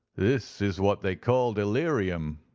this is what they call delirium,